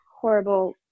horrible